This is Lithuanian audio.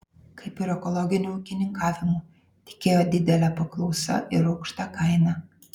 kaip ir ekologiniu ūkininkavimu tikėjo didele paklausa ir aukšta kaina